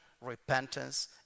repentance